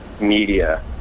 media